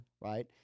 right